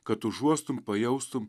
kad užuostum pajaustum